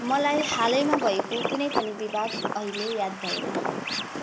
मलाई हालैमा भएको कुनै पनि विवाद अहिले याद भएन